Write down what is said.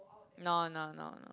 no no no no